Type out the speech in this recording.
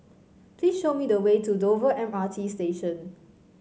please show me the way to Dover M R T Station